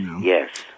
yes